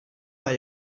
bei